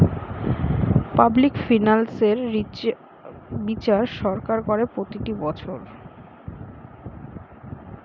public finance এর বিচার সরকার করে প্রত্যেকটি বছর